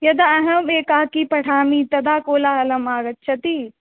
यदा अहम् एकाकी पठामि तदा कोलाहलः आगच्छति